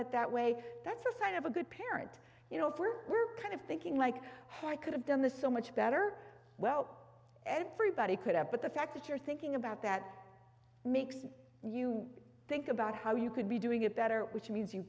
it that way that's a friend of a good parent you know for kind of thinking like have i could have done this so much better well everybody could have but the fact that you're thinking about that makes you think about how you could be doing it better which means you